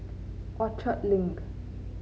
Orchard Link